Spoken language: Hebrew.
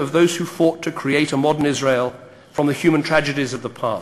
שלחם כקצין במדי הצבא הבריטי בגרועות שבמערכות,